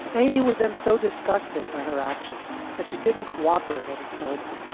amy was then so disgusted by her actions that she didn't cooperate any further.